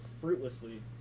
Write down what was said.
fruitlessly